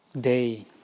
day